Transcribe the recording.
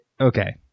Okay